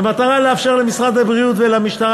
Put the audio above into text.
במטרה לאפשר למשרד הבריאות ולמשטרה